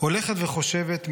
/ הולכת וחושבת,